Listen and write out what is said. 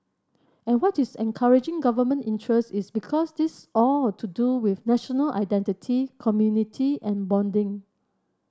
and what is encouraging Government interest is because this all to do with national identity community and bonding